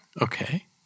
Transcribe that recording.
Okay